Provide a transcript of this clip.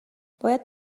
باید